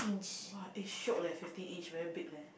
!wah! eh shiok leh fifty inch very big leh